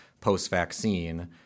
post-vaccine